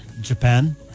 Japan